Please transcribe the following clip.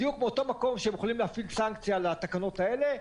בדיוק מאותו מקום שהם יכולים להפעיל סנקציה על התקנות האלה,